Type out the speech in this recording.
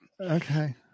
Okay